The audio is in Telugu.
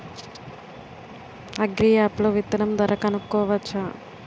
అగ్రియాప్ లో విత్తనం ధర కనుకోవచ్చా?